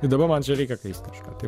i dabar man čia reikia keist kažką tai